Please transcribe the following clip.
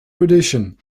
tradition